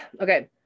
Okay